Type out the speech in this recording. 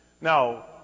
Now